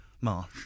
Marsh